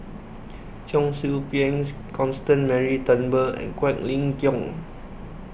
Cheong Soo Pieng Constance Mary Turnbull and Quek Ling Kiong